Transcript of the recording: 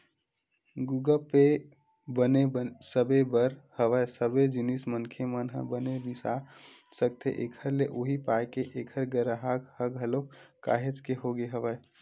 गुगप पे बने सबे बर हवय सबे जिनिस मनखे मन ह बने बिसा सकथे एखर ले उहीं पाय के ऐखर गराहक ह घलोक काहेच के होगे हवय